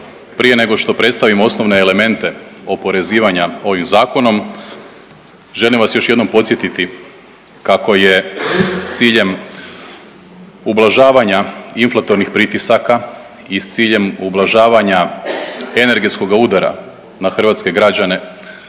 Prije nego što predstavim osnovne elemente oporezivanja ovim zakonom želim vas još jednom podsjetiti kako je s ciljem ublažavanja inflatornih pritisaka i s ciljem ublažavanja energetskoga udara na hrvatske građane